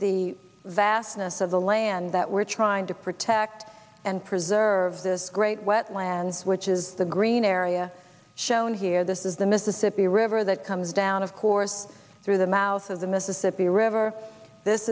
the vastness of the land that we're trying to protect and preserve this great wetlands which is the green area shown here this is the mississippi river that comes down of course through the mouth of the mississippi river this